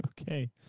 Okay